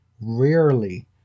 rarely